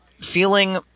feeling